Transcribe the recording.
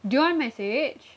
do you want message